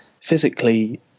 physically